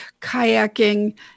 kayaking